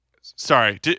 Sorry